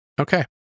Okay